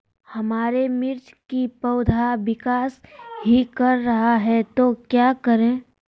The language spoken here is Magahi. हमारे मिर्च कि पौधा विकास ही कर रहा है तो क्या करे?